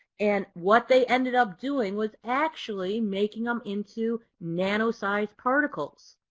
and what they ended up doing was actually making them into nano sized particles.